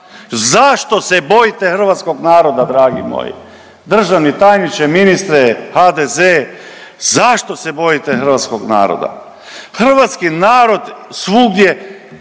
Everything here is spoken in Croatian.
Zašto se bojite hrvatskog naroda dragi moji? Državni tajniče, ministre, HDZ, zašto se bojite hrvatskog naroda? Hrvatski narod svugdje